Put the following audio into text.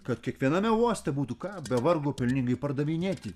kad kiekviename uoste būtų ką be vargo pelningai pardavinėti